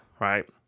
right